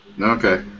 Okay